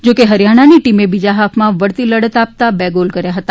જો કે હરિયાણાની ટીમે બીજા હાફમાં વળતી લડત આપતા બે ગોલ કર્યા હતા